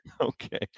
Okay